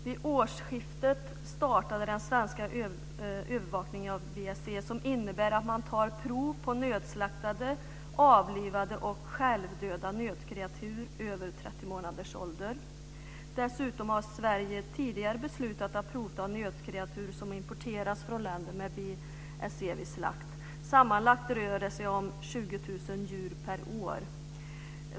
Vid årsskiftet startade den svenska övervakningen av BSE som innebär att man tar prov på nödslaktade, avlivade och självdöda nötkreatur som är över 30 månader. Dessutom har Sverige tidigare beslutat att vid slakt ta prov på nötkreatur som importeras från länder med BSE. Sammanlagt rör det sig om 20 000 djur per år.